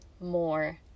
more